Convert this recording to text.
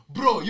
Bro